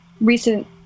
recent